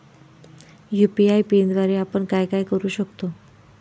UPI पिनद्वारे आपण काय काय करु शकतो?